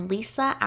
Lisa